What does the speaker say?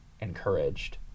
encouraged